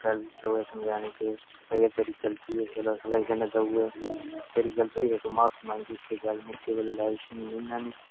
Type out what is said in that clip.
ते गलत होऐ ते उसी समझाना कि भई तेरी गलती ऐ सुलह सलाही करी ओड़ तेरी गलती ऐ ते तू माफी मंग कोई लड़ाई निं बनानी